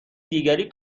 دیگری